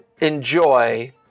enjoy